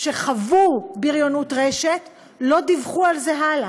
שחוו בריונות רשת לא דיווחו על זה הלאה,